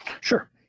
Sure